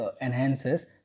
enhances